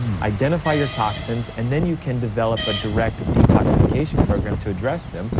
identify your toxins, and then you can develop a direct detoxification program to address them,